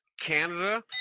Canada